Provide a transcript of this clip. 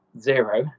zero